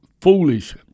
foolish